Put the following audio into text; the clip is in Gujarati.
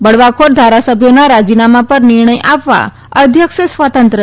બળવાખોર ધારાસભ્યોના રાજીનામા પર નિર્ણય આપવા અધ્યક્ષ સ્વતંત્ર છે